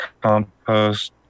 compost